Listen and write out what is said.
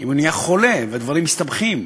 אם הוא נהיה חולה ודברים מסתבכים,